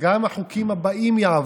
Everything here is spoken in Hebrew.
גם החוקים הבאים יעברו,